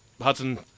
Hudson